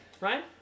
Ryan